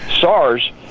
SARS